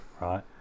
right